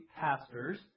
pastors